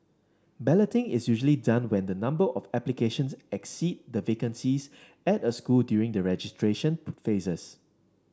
balloting is usually done when the number of applications exceed the vacancies at a school during the registration phases